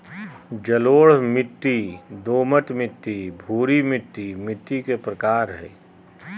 जलोढ़ मिट्टी, दोमट मिट्टी, भूरी मिट्टी मिट्टी के प्रकार हय